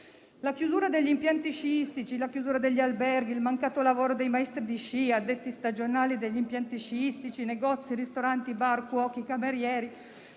La chiusura degli impianti sciistici, la chiusura degli alberghi, il mancato lavoro di maestri di sci, addetti stagionali degli impianti sciistici, di negozi, ristoranti, bar, cuochi, camerieri,